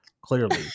clearly